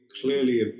clearly